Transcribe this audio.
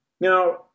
Now